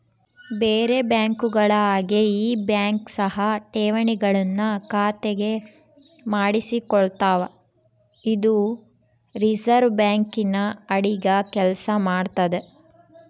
ಬೇರೆ ಬ್ಯಾಂಕುಗಳ ಹಾಗೆ ಈ ಬ್ಯಾಂಕ್ ಸಹ ಠೇವಣಿಗಳನ್ನು ಖಾತೆಗೆ ಮಾಡಿಸಿಕೊಳ್ತಾವ ಇದು ರಿಸೆರ್ವೆ ಬ್ಯಾಂಕಿನ ಅಡಿಗ ಕೆಲ್ಸ ಮಾಡ್ತದೆ